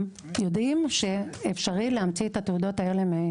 יודעים שאפשר להמציא את התעודות האלה.